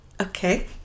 Okay